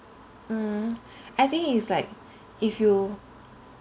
mm I think it's like if you